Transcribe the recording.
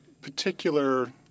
particular